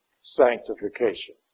sanctification